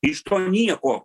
iš to nieko